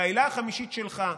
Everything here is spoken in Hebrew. והעילה החמישית שלך,